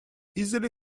easily